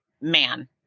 man